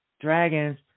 dragons